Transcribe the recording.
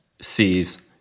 sees